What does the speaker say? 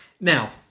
Now